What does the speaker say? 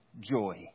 joy